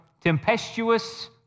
tempestuous